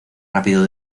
rápido